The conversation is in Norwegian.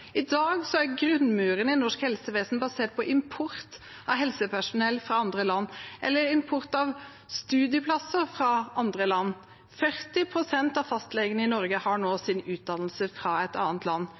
I dag er grunnmuren i norsk helsevesen basert på import av helsepersonell fra andre land eller import av studieplasser fra andre land. 40 pst. av fastlegene i Norge har nå